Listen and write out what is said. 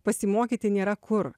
pasimokyti nėra kur